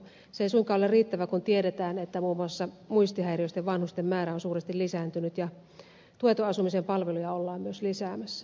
se ei suinkaan ole riittävä kun tiedetään että muun muassa muistihäiriöisten vanhusten määrä on suuresti lisääntynyt ja tuetun asumisen palveluja ollaan myös lisäämässä